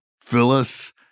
Phyllis